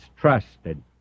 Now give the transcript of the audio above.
trusted